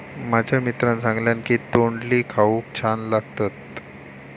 माझ्या मित्रान सांगल्यान की तोंडली खाऊक छान लागतत